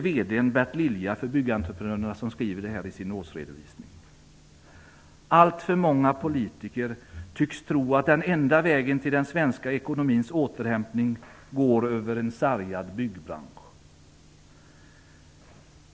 VD för Byggentreprenörerna, Bert Lilja, skriver i sin årsredovisning: ''Alltför många politiker tycks tro att den enda vägen till den svenska ekonomins återhämtning går över en sargad byggbransch.